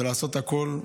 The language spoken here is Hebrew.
ולעשות הכול,